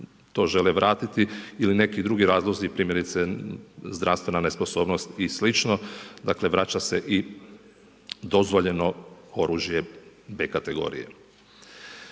to žele vratiti ili neki drugi razlozi, primjerice zdravstvena nesposobnost i slično, dakle vraća se i dozvoljeno oružje B kategorije.